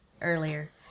earlier